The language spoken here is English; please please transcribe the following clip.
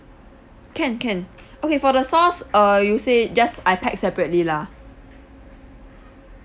can can okay for the sauce err you said just I pack separately lah